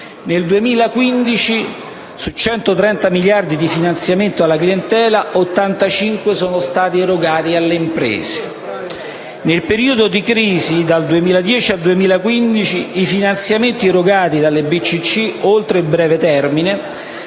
Nel 2015, su 130 miliardi di euro di finanziamento alla clientela, 85 sono stati erogati alle imprese. Nel periodo di crisi, dal 2010 al 2015, i finanziamenti erogati dalle banche di credito